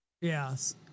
Yes